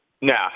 no